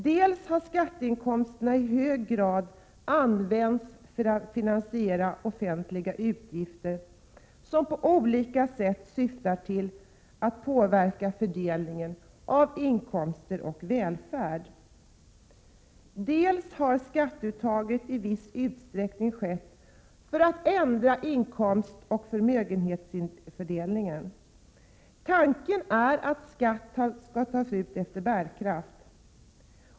Dels har skatteinkomsterna i hög grad använts för att finansiera offentliga utgifter som på olika sätt syftat till att påverka fördelningen av inkomster och välfärd. Dels har skatteuttaget i viss utsträckning skett för att ändra inkomstoch förmögenhetsfördelningen. Tanken är att skatten skall tas ut efter bärkraft.